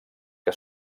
que